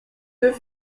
deux